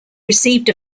received